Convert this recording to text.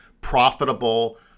profitable